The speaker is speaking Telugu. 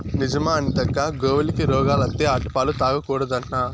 నిజమా అనితక్కా, గోవులకి రోగాలత్తే ఆటి పాలు తాగకూడదట్నా